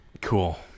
cool